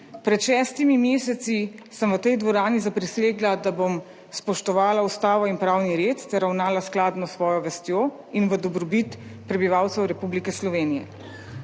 Pred šestimi meseci sem v tej dvorani zaprisegla, da bom spoštovala ustavo in pravni red ter ravnala skladno s svojo vestjo in v dobrobit prebivalcev Republike Slovenije.